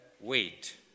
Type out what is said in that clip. wait